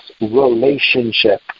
relationship